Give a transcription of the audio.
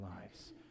lives